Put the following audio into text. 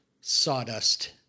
Sawdust